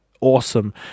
awesome